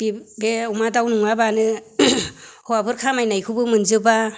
बे अमा दाउ नङाबानो हौवाफोर खामायनायखौबो मोनजोबा